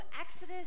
Exodus